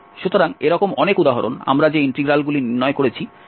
সুতরাং এরকম অনেক উদাহরণ আমরা যে ইন্টিগ্রালগুলি নির্ণয় করেছি তার সাহায্যে পেতে পারি